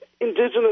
Indigenous